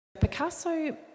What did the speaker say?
Picasso